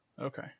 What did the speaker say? Okay